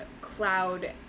cloud